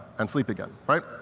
and sleep again, right?